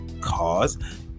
cause